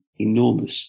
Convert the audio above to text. enormous